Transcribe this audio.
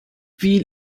wie